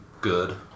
good